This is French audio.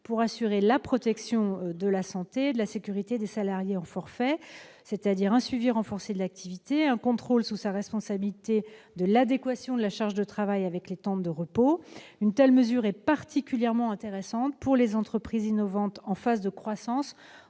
pour assurer la protection de la santé et de la sécurité des salariés en forfait, c'est-à-dire un suivi renforcé de l'activité et un contrôle, sous la responsabilité de l'entreprise, de l'adéquation de la charge de travail avec les temps de repos. Une telle mesure est particulièrement intéressante pour les entreprises innovantes en phase de croissance,